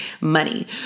money